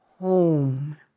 Home